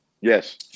Yes